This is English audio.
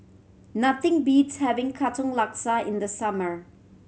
nothing beats having Katong Laksa in the summer